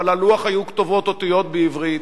ועל הלוח היו כתובות אותיות בעברית.